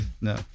No